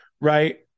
right